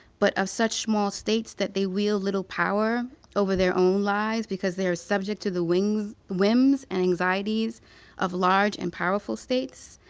but of such small states that they wield little power over their own lives, because they are subject to the whims whims and anxieties of large and powerful states.